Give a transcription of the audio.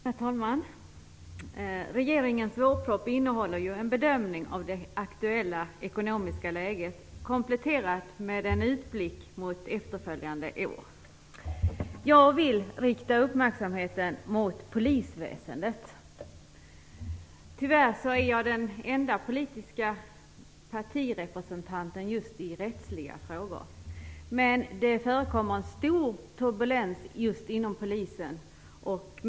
Herr talman! Regeringens vårproposition innehåller ju en bedömning av det aktuella ekonomiska läget, kompletterat med en utblick mot efterföljande år. Jag vill rikta uppmärksamheten mot polisväsendet. Tyvärr är jag den enda partirepresentanten i just rättsliga frågor. Det förekommer en stor turbulens inom just polisen.